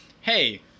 hey